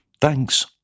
Thanks